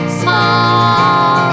small